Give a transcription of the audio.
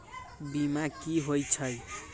बीमा कि होई छई?